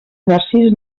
narcís